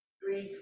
breathe